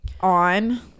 On